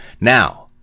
Now